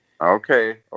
Okay